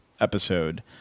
episode